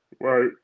Right